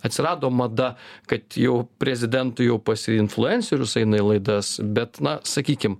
atsirado mada kad jau prezidentu jau pas influencerius eina į laidas bet na sakykim